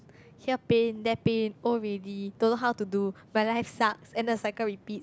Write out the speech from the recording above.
here pain there pain old already don't know how to do my life sucks then the cycle repeats